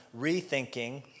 Rethinking